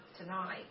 tonight